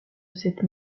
cette